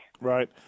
Right